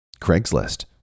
Craigslist